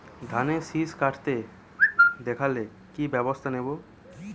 ধানের শিষ কাটতে দেখালে কি ব্যবস্থা নেব?